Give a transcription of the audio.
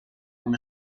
room